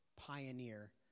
pioneer